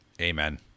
Amen